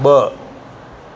ब॒